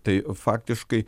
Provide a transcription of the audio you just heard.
tai faktiškai